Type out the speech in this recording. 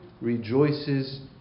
rejoices